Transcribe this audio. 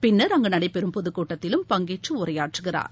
பின்னர் அங்கு நடைபெறும் பொதுக் கூட்டத்திலும் பங்கேற்று உரையாற்றுகிறார்